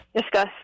discuss